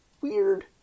weird